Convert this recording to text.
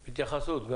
התייחסות.